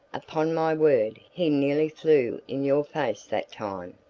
upon my word, he nearly flew in your face that time!